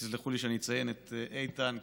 ותסלחו לי שאני אציין את איתן,